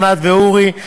ענת ואורי.